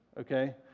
okay